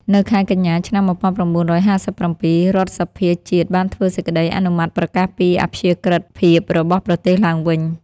នៅខែកញ្ញា ឆ្នាំ ១៩៥៧ រដ្ឋសភាជាតិបានធ្វើសេចក្តីអនុម័តប្រកាសពីអព្យាក្រិតភាពរបស់ប្រទេសឡើងវិញ។